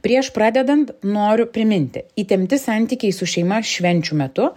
prieš pradedant noriu priminti įtempti santykiai su šeima švenčių metu